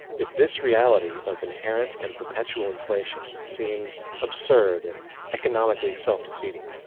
if this reality of inherent and perpetual inflation seems absurd and economically self defeating.